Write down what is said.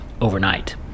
overnight